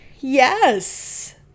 Yes